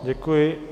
Děkuji.